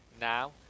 now